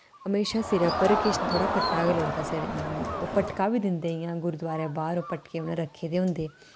म्हेशा सिरै उप्पर किश थोह्ड़ा खट्टा गै लोड़दा सिरै ओह् पटका बी दिंदे इ'यां गुरुद्वारे बाह्र ओह् पटके उ'नें रक्खे दे होंदे